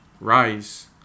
Rise